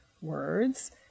words